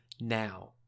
now